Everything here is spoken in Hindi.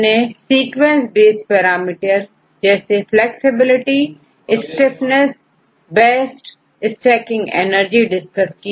इसके पश्चात सीक्वेंस विशेष रुप से हमने सीक्वेंस बेस पैरामीटर जैसे flexibility stiffness base stacking energy discuss की